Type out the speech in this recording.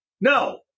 No